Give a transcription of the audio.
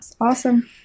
Awesome